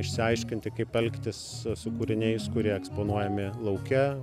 išsiaiškinti kaip elgtis su kūriniais kurie eksponuojami lauke